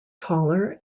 taller